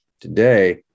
today